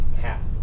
half